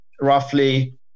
roughly